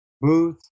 booth